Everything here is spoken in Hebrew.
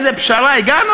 לאיזו פשרה הגענו,